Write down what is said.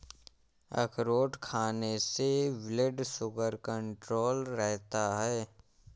अखरोट खाने से ब्लड शुगर कण्ट्रोल रहता है